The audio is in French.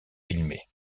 filmées